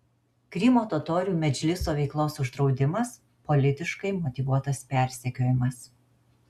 krymo totorių medžliso veiklos uždraudimas politiškai motyvuotas persekiojimas